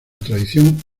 tradición